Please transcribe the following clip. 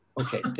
okay